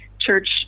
church